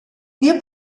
wir